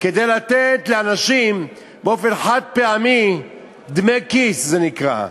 כדי לתת לאנשים באופן חד-פעמי דמי כיס, זה נקרא.